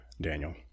Daniel